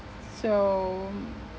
so